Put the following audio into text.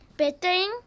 Bettering